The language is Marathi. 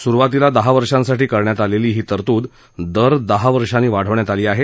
सुरुवातीला दहा वर्षांसाठी करण्यात आलेली ही तरतूद दर दहा वर्षांनी वाढवण्यात आली आहे